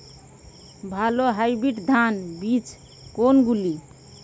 ভালো হাইব্রিড ধান বীজ কোনগুলি?